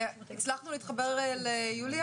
הצלחנו להתחבר ליוליה